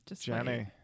Jenny